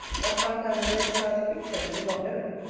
i find i am a very sad creature, and did not know it.